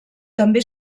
també